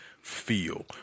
feel